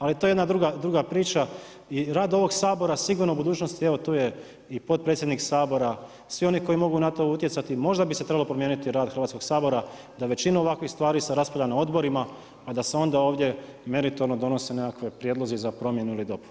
Ali to je jedna druga priča i rad ovog Sabora, sigurno u budućnosti, evo tu je i potpredsjednik Sabora, svi oni koji mogu na to utjecati, možda bi se trebalo promijeniti rad Hrvatskog sabora, da većinu ovakvih stvari se raspravlja na odborima, a da se onda ovdje mjeritovno donose nekakve prijedlozi za promjenu ili dopunu.